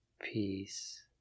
peace